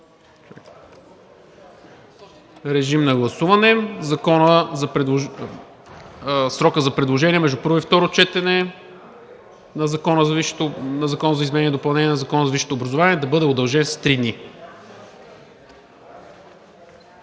Ирена Анастасова, срокът за предложения между първо и второ четене на Закона изменение и допълнение на Закона за висшето образование да бъде удължен с три дни.